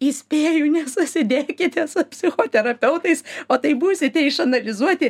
įspėju nesusidėkite su psichoterapeutais o tai būsite išanalizuoti